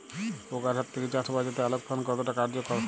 পোকার হাত থেকে চাষ বাচাতে আলোক ফাঁদ কতটা কার্যকর?